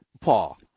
Paul